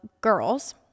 girls